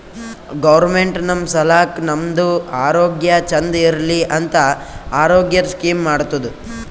government ನಮ್ ಸಲಾಕ್ ನಮ್ದು ಆರೋಗ್ಯ ಚಂದ್ ಇರ್ಲಿ ಅಂತ ಆರೋಗ್ಯದ್ ಸ್ಕೀಮ್ ಮಾಡ್ತುದ್